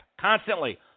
Constantly